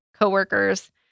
coworkers